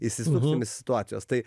išsisuksim iš situacijos tai